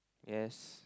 yes